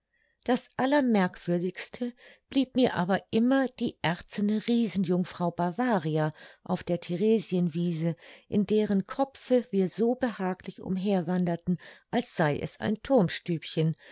das allermerkwürdigste blieb mir aber immer die erzene riesenjungfrau bavaria auf der theresienwiese in deren kopfe wir so behaglich umherwanderten als sei es ein